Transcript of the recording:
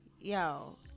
Yo